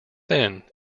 then